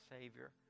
Savior